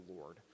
lord